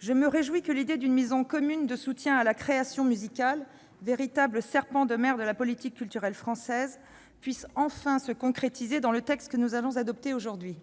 je me réjouis que l'idée d'une maison commune de soutien à la création musicale, véritable serpent de mer de la politique culturelle française, puisse enfin se concrétiser dans le texte que nous allons adopter aujourd'hui.